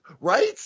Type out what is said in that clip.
Right